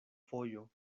fojo